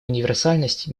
универсальность